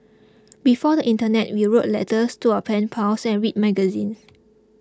before the internet we wrote letters to our pen pals and read magazines